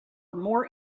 more